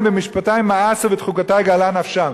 במשפטי מאסו ואת חֻקֹּתַי געלה נפשם".